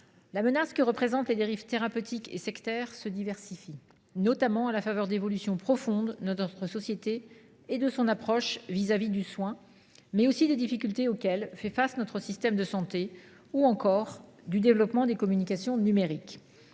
la menace que représentent les dérives thérapeutiques et sectaires se diversifie, notamment à la faveur d’évolutions profondes de notre société, de son approche vis à vis du soin, des difficultés auxquelles fait face notre système de santé, ou encore du développement des communications numériques.